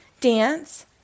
dance